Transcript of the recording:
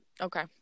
okay